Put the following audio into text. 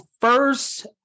first